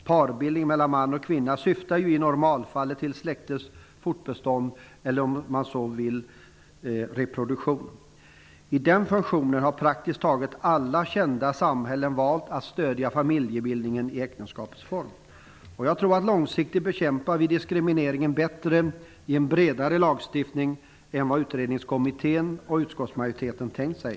Parbildning mellan man och kvinna syftar ju i normalfallet till släktets fortbestånd eller, om man så vill säga, reproduktion. I denna funktion har praktiskt taget alla kända samhällen valt att stödja familjebildningen i äktenskapets form. Jag tror att vi långsiktigt bekämpar diskrimineringen bättre med en bredare lagstiftning än vad utredningskommittén och utskottsmajoriteten har tänkt sig.